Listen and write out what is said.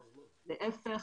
להיפך,